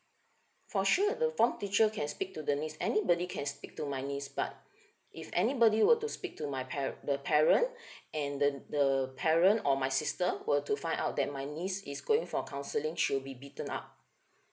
for sure the form teacher can speak to the niece anybody can speak to my niece but if anybody were to speak to my parent the parent and the the parent or my sister were to find out that my niece is going for counselling she'll be beaten up